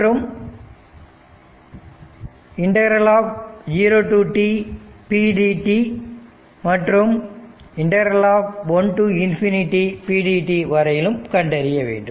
மற்றும் ∫ pdt 0 முதல் 1 வரையிலும் மற்றும் 1 முதல் ∞ வரையிலும் கண்டறிய வேண்டும்